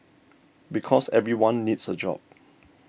because everyone needs a job